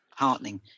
heartening